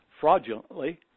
fraudulently